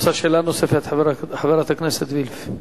רוצה שאלה נוספת, חברת הכנסת וילף?